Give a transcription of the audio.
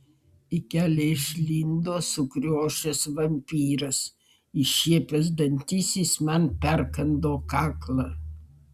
į kelią išlindo sukriošęs vampyras iššiepęs dantis jis man perkando kaklą